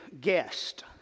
guest